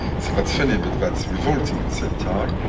so that's funny, but that's revolting at the same time.